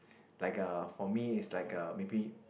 like uh for me is like uh maybe